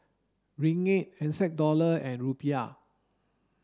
Ringgit N Z Dollar and Rupiah